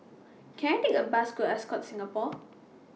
Can I Take A Bus to Ascott Singapore